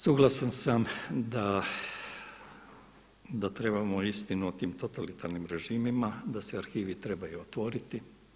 Suglasan sam da trebamo istinu o tim totalitarnim režimima, da se arhivi trebaju otvoriti.